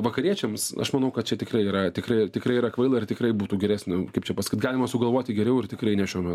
vakariečiams aš manau kad čia tikrai yra tikrai tikrai yra kvaila ir tikrai būtų geresni kaip čia pasakyt galima sugalvoti geriau ir tikrai ne šiuo me